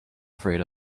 afraid